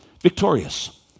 victorious